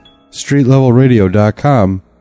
StreetLevelRadio.com